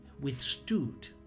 withstood